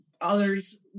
others